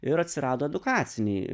ir atsirado edukaciniai